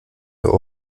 der